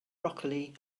broccoli